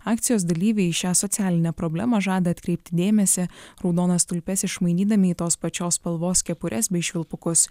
akcijos dalyviai šią socialinę problemą žada atkreipti dėmesį raudonas tulpes išmainydami į tos pačios spalvos kepures bei švilpukus